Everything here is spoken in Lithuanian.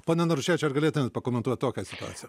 pone naruševičiau ar galėtumėt pakomentuot tokią situaciją